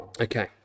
Okay